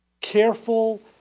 careful